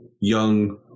young